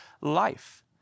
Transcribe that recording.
life